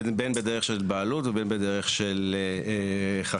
בין בדרך של בעלות ובין בדרך של חכירה.